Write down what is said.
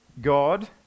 God